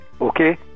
Okay